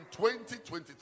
2023